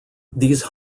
these